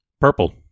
Purple